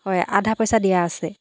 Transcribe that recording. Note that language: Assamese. হয় আধা পইচা দিয়া আছে